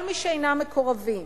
כל מי שאינם מקורבים,